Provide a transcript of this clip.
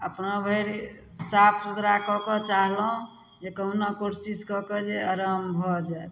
अपना भरि साफ सुथरा कए कऽ चाहलहुँ जे कहुना कोइ चीज कए कऽ जे आराम भऽ जाइ